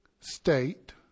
state